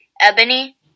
Ebony